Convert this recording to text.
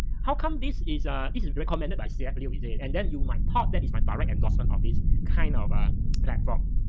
how come this is ah this is recommended by cf lieu, is it? and then you might thought that is my direct endorsement of this kind of ah platform.